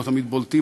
לא תמיד בולטים,